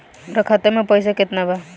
हमरा खाता में पइसा केतना बा?